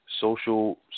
social